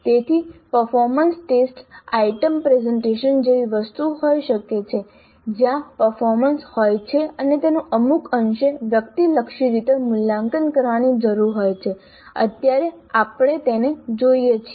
તેથી performance test item presentation જેવી વસ્તુ હોઇ શકે છે જ્યાં પરફોર્મન્સ હોય છે અને તેનું અમુક અંશે વ્યક્તિલક્ષી રીતે મૂલ્યાંકન કરવાની જરૂર હોય છે અત્યારે આપણે તેને જોઈએ છીએ